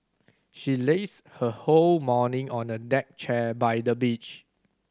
she lazed her whole morning on a deck chair by the beach